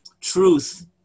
truth